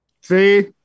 see